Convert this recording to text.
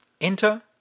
Enter